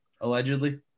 allegedly